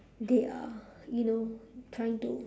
they are you know trying to